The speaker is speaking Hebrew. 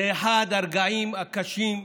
זה אחד הרגעים הקשים.